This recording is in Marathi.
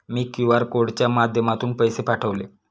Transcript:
मी क्यू.आर कोडच्या माध्यमातून पैसे पाठवले